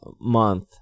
month